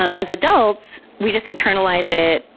um as adults we just internalize it,